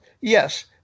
yes